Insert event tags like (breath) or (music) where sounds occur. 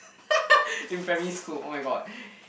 (laughs) in primary school oh-my-god (breath)